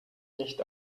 nicht